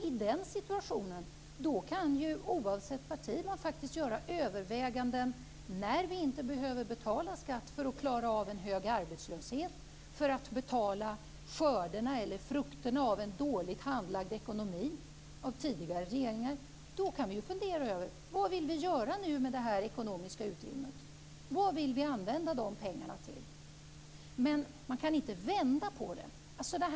I den situationen kan vi, oavsett parti, göra överväganden om när vi inte behöver betala skatt för att klara av en hög arbetslöshet, för att betala frukterna av en dåligt handlagd ekonomi av tidigare regeringar. Då kan vi fundera över vad vi vill göra med det ekonomiska utrymmet, vad vi vill använda de pengarna till. Men man kan inte vända på det.